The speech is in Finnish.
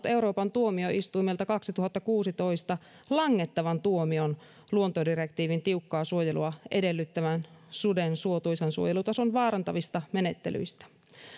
euroopan yhteisöjen tuomioistuimelta vuonna kaksituhattakuusitoista langettavan tuomion luontodirektiivin tiukkaa suojelua edellyttävän suden suotuisan suojelutason vaarantavista menettelyistä